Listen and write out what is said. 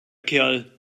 kerl